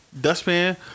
dustpan